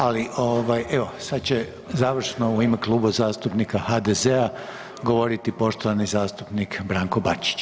Ali evo sada će završno u ime Kluba zastupnika HDZ-a govoriti poštovani zastupnik Branko Bačić.